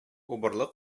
убырлы